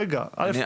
רגע, רגע.